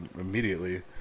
immediately